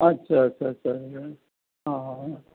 আচ্ছা আচ্ছা আচ্ছা অঁ